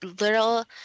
little